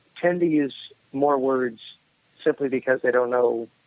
tend to use more words simply because they don't know